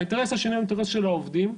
האינטרס השני הוא האינטרס של העובדים.